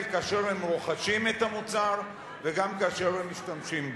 כאשר הם רוכשים את המוצר וגם כאשר הם משתמשים בו.